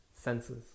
senses